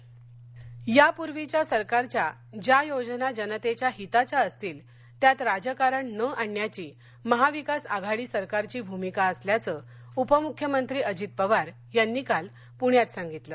अजित पवार यापूर्वीच्या सरकारच्या ज्या योजना जनतेच्या हिताच्या असतील त्यात राजकारण न आणण्याची महाविकास आघाडी सरकारची भूमिका असल्याचं उपमुख्यमंत्री अजित पवार यांनी काल पण्यात सांगितलं